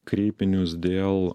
kreipinius dėl